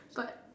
but